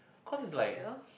cause it's like